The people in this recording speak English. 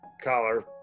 collar